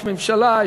יש ממשלה,